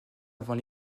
avant